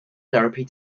therapy